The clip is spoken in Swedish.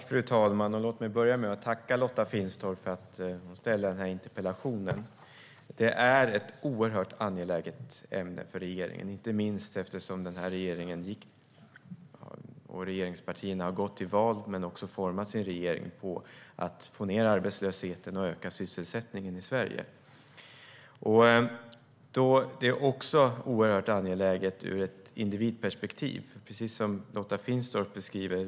Fru talman! Låt mig börja med att tacka Lotta Finstorp för att hon har väckt interpellationen. Det här är ett oerhört angeläget ämne för regeringen, inte minst eftersom regeringspartierna gick till val och formade regeringen på att sänka arbetslösheten och öka sysselsättningen i Sverige. Det här är också oerhört angeläget ur ett individperspektiv, precis som Lotta Finstorp beskriver.